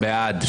מי נגד?